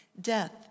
death